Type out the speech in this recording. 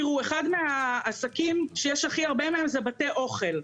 תראו, אחד מהעסקים שיש הכי הרבה מהם זה בתי אוכל.